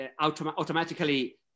automatically